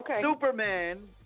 Superman